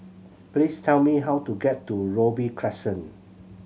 please tell me how to get to Robey Crescent